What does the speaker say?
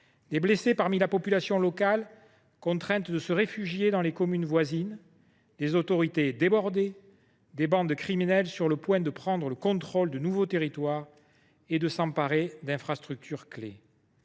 des blessés parmi la population locale, contrainte de se réfugier dans les communes voisines, des autorités débordées et des bandes criminelles sur le point de prendre le contrôle de nouveaux territoires et de s’emparer d’infrastructures clés.